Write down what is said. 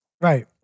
Right